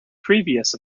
previous